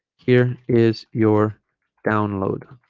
here is your download